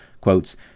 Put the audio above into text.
Quotes